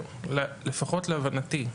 לפחות להבנתי,